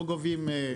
לא גובים.